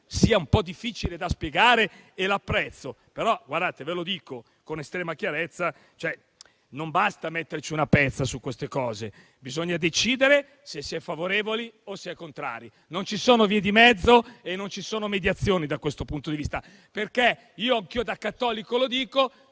sia un po' difficile da spiegare e lo apprezzo, però, ve lo dico con estrema chiarezza, non basta mettere una pezza su queste cose. Bisogna decidere se si è favorevoli o si è contrari. Non ci sono vie di mezzo e non ci sono mediazioni da questo punto di vista. Anch'io da cattolico lo dico: